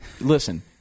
listen